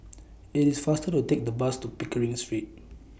IS IT faster to Take The Bus to Pickering Street